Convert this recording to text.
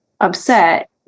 upset